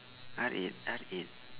R eight R eight